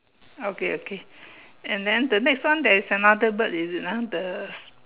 okay okay and then the next one there is another bird is it ah the